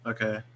Okay